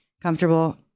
comfortable